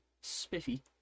spiffy